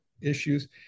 issues